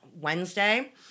Wednesday